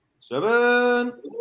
Seven